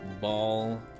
ball